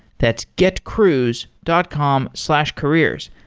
that's getcruise dot com slash careers.